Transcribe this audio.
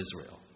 Israel